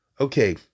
Okay